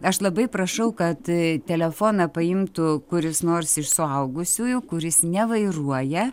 aš labai prašau kad telefoną paimtų kuris nors iš suaugusiųjų kuris nevairuoja